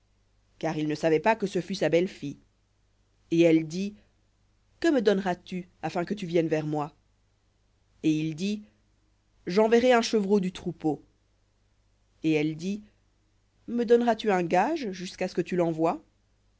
car il ne savait pas que ce fût sa belle-fille et elle dit que me donneras tu afin que tu viennes vers moi et il dit j'enverrai un chevreau du troupeau et elle dit donneras tu un gage jusqu'à ce que tu l'envoies